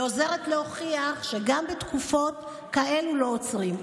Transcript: היא עוזרת להוכיח שגם בתקופות כאלה לא עוצרים,